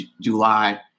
July